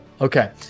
okay